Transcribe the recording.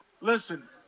Listen